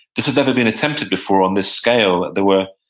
this has never been attempted before on this scale. there were,